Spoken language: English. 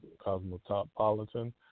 cosmopolitan